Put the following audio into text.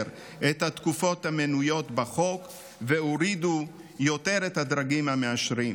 את התקופות המנויות בחוק והורידו עוד יותר את הדרגים המאשרים.